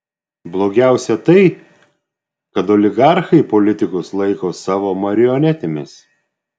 blogiausia tai kad oligarchai politikus laiko savo marionetėmis